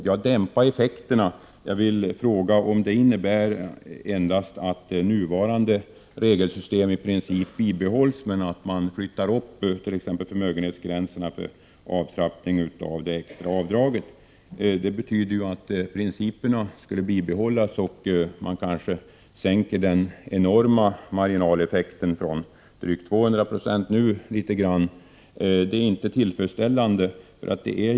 Jag vill fråga om detta att dämpa effekterna endast innebär att nuvarande regelsystem i princip bibehålls men att man t.ex flyttar upp förmögenhetsgränserna för avtrappning av det extra avdraget. Om dessa principer bibehålls skulle det endast betyda att man kanske sänker den enorma marginaleffekten på drygt 200 26 något. Det är inte tillfredsställande.